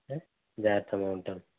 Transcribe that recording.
జాగ్రత్తమ్మా ఉంటాను